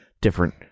different